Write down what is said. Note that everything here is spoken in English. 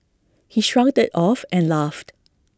he shrugged IT off and laughed